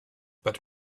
but